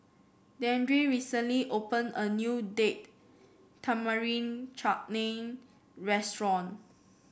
Dandre recently opened a new Date Tamarind Chutney Restaurant